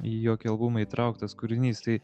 į jokį albumą įtrauktas kūrinys tai